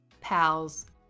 Pals